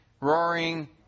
roaring